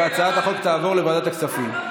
והצעת החוק תעבור לוועדת הכספים.